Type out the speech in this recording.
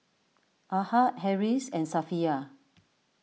Ahad Harris and Safiya